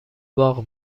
باغ